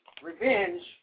Revenge